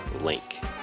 link